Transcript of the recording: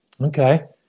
Okay